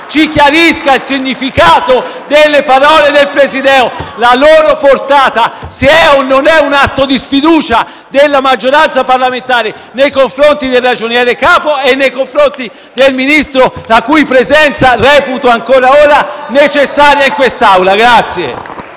ci chiarisca il significato delle parole del presidente Romeo e la loro portata, se è o non è un atto di sfiducia della maggioranza parlamentare nei confronti del Ragioniere capo e nei confronti del Ministro, la cui presenza reputo ancora ora necessaria in quest'Aula.